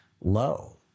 low